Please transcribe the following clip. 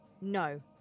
No